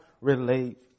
relate